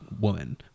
woman